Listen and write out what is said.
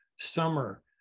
summer